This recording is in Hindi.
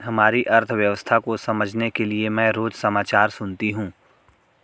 हमारी अर्थव्यवस्था को समझने के लिए मैं रोज समाचार सुनती हूँ